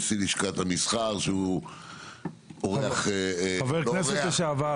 נישא לשכת המסחר שהוא חבר כנסת לשעבר